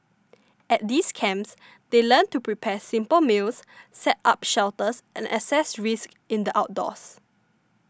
at these camps they learn to prepare simple meals set up shelters and assess risks in the outdoors